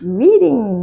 reading